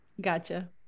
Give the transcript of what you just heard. gotcha